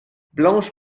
blanche